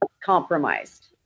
compromised